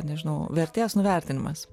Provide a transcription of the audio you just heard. nežinau vertės nuvertinimas